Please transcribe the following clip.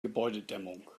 gebäudedämmung